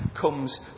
comes